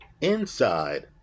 inside